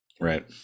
right